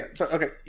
Okay